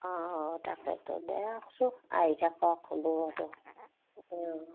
অঁ অঁ তাকেতো দে ৰাখচো আহি থাকক কোনো মতে